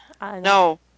No